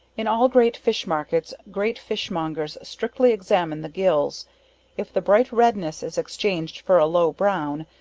in all great fish-markets, great fish-mongers strictly examine the gills if the bright redness is exchanged for a low brown,